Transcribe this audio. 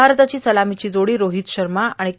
भारताची सलामीची जोडी रोहीत शर्मा के